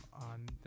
on